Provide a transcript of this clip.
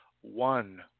One